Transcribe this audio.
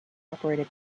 operated